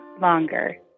longer